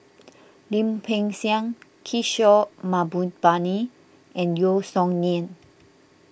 Lim Peng Siang Kishore Mahbubani and Yeo Song Nian